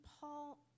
Paul